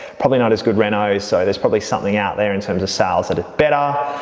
probably not as good reno so there's probably something out there in terms of sales that are better.